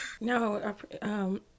No